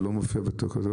זה לא מופיע בתקנות?